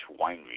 Winery